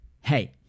hey